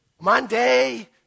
Monday